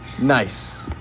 Nice